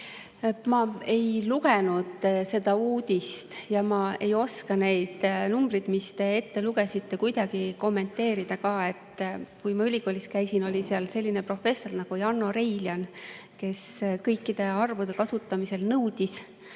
Ma ei lugenud seda uudist ja ma ei oska neid numbreid, mis te ette lugesite, kuidagi kommenteerida. Kui ma ülikoolis käisin, oli seal selline professor nagu Janno Reiljan, kes kõikide arvude kasutamisel nõudis,